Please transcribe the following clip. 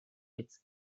its